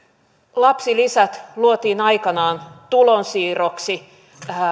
lapsilisät luotiin aikanaan tulonsiirroksi